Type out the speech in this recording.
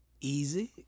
easy